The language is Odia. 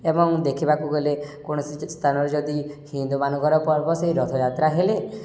ଏବଂ ଦେଖିବାକୁ ଗଲେ କୌଣସି ସ୍ଥାନରେ ଯଦି ହିନ୍ଦୁମାନଙ୍କର ପର୍ବ ସେଇ ରଥଯାତ୍ରା ହେଲେ